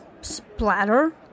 splatter